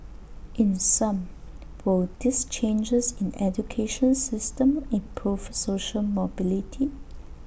in sum will these changes in the education system improve social mobility